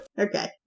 Okay